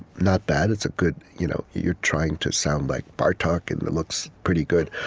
not bad. it's a good you know you're trying to sound like bartok, and it looks pretty good.